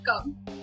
come